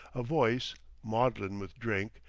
a voice, maudlin with drink,